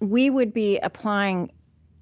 we would be applying